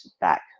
back